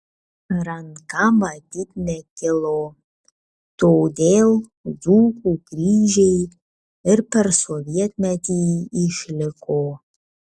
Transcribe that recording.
ranka matyt nekilo todėl dzūkų kryžiai ir per sovietmetį išliko